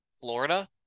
Florida